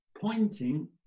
pointing